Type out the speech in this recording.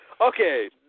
Okay